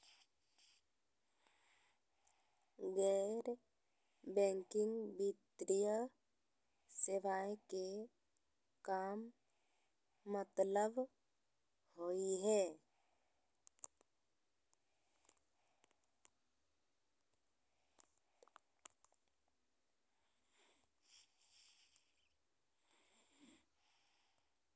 गैर बैंकिंग वित्तीय सेवाएं के का मतलब होई हे?